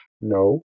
No